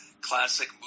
classic